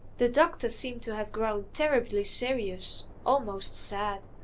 the doctor seemed to have grown terribly serious almost sad.